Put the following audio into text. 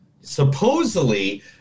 Supposedly